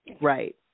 Right